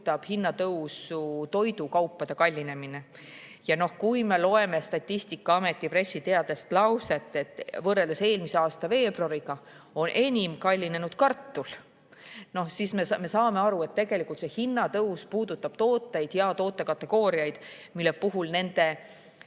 hinnatõusu toidukaupade kallinemine. Ja kui me loeme Statistikaameti pressiteatest lauset, et võrreldes eelmise aasta veebruariga on enim kallinenud kartul, siis me saame aru, et tegelikult see hinnatõus puudutab tooteid ja tootekategooriaid, mille vältimine